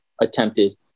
attempted